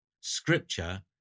Scripture